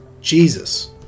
Jesus